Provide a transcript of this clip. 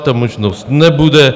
Ta možnost nebude.